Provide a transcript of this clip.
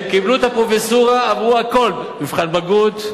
הם קיבלו את הפרופסורה ועברו הכול: מבחן בגרות,